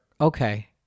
okay